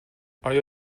آیا